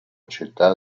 città